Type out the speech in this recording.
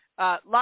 Lots